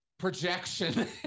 projection